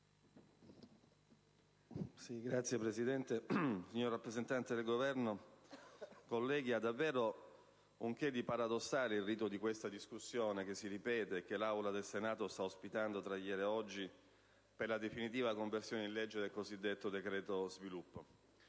Signor Presidente, signor rappresentante del Governo, onorevoli colleghi, ha davvero un che di paradossale il rito di questa discussione che si ripete e che l'Aula del Senato sta ospitando tra ieri e oggi per la definitiva conversione in legge del cosiddetto decreto sviluppo.